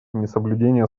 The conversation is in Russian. несоблюдение